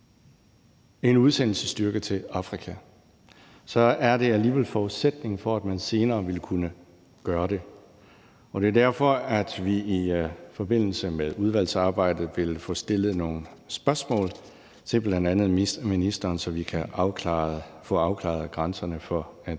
en udsendelsesstyrke til Afrika, så er det alligevel forudsætningen for, at man senere vil kunne gøre det, og det er derfor, at vi i forbindelse med udvalgsarbejdet vil få stillet nogle spørgsmål til ministeren, så vi kan få afklaret grænserne for